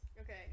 Okay